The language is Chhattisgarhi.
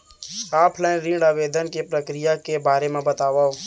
ऑफलाइन ऋण आवेदन के प्रक्रिया के बारे म बतावव?